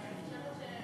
להסתפק בדברי השר?